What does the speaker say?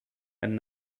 and